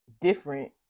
different